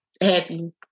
Happy